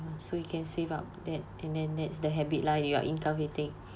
so you can save up that and then that's the habit lah you are inculcating